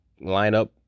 lineup